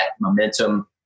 momentum